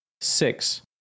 Six